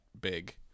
big